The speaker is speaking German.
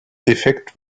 defekt